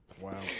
wow